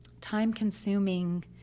time-consuming